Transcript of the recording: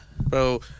Bro